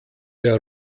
der